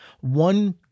one